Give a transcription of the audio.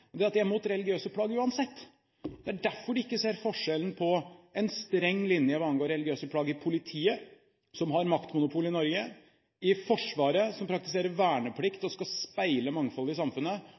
er derfor de ikke ser forskjellen på en streng linje hva angår religiøse plagg i Politiet, som har maktmonopol i Norge, i Forsvaret, som har verneplikt og skal speile mangfoldet i samfunnet